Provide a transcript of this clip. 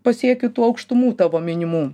pasiekiu tų aukštumų tavo minimumų